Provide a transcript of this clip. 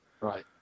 Right